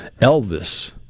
Elvis